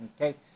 okay